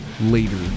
later